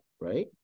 right